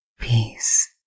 peace